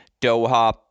Doha